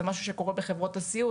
זה משהו שקורה בחברות הסיעוד.